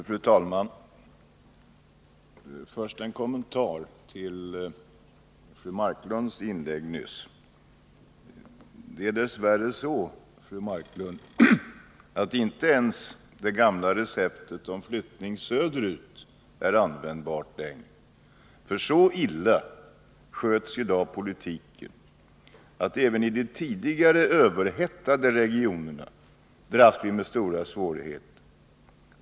Fru talman! Först en kommentar till fru Marklunds inlägg nyss. Det är dess värre så, fru Marklund, att inte ens det gamla receptet flyttning söder ut är användbart längre, för så illa sköts i dag politiken att vi även i de tidigare överhettade regionerna dras med stora svårigheter.